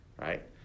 right